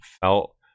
felt